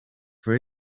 for